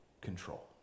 control